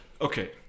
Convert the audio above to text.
Okay